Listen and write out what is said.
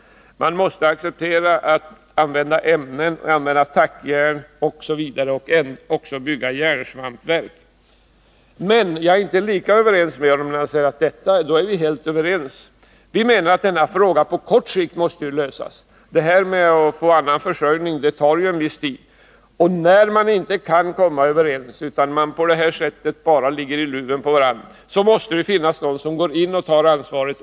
Man måste acceptera att använda ämnen, tackjärn osv. och även bygga järnsvampsverk. Men det innebär inte att vi är helt överens. Vi menar att denna fråga måste lösas på kort sikt — att åstadkomma annan försörjning tar ju viss tid. När man inte kan komma överens utan bara ligger i luven på varandra måste någon gå in och ta ansvaret.